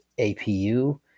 APU